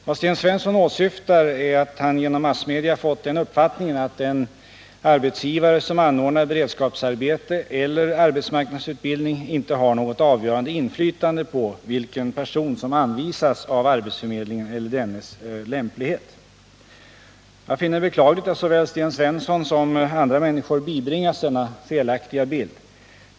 Vad Sten Svensson åsyftar är att han genom massmedia fått den uppfattningen att en arbetsgivare som anordnar beredskapsarbete eller arbetsmarknadsutbildning inte har något avgörande inflytande på vilken person som anvisas av arbetsförmedlingen eller dennes lämplighet. Jag finner det beklagligt att såväl Sten Svensson som andra människor bibringats denna felaktiga bild.